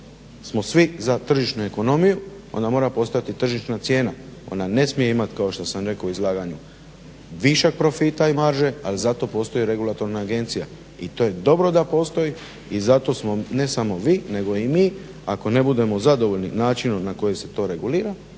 smo svi za tržišnu ekonomiju onda mora postojati tržišna cijena. Ona ne smije imati kao što sam rekao u izlaganju višak profita i marže ali zato postoji Regulatorna agencija i to je dobro da postoji. I zato smo ne samo vi nego i mi ako ne budemo zadovoljni načinom na koji se to regulira,